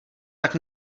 tak